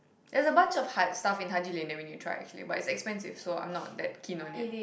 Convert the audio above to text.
there's a bunch of hype stuff in Haji-Lane that we need to try but it's expensive so I'm not that keen on it